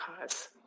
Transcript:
cause